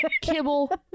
kibble